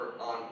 on